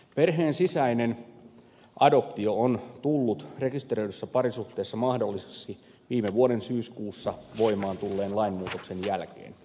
perheen sisäinen adoptio on tullut rekisteröidyssä parisuhteessa mahdolliseksi viime vuoden syyskuussa voimaan tulleen lainmuutoksen jälkeen